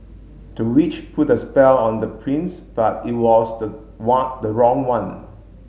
the witch put the spell on the prince but it was the one the wrong one